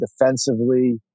defensively